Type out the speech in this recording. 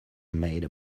made